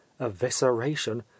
evisceration